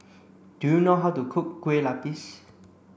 do you know how to cook Kueh Lupis